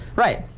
Right